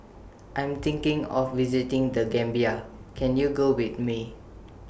I Am thinking of visiting The Gambia Can YOU Go with Me